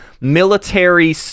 military